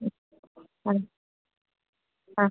ആ